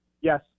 Yes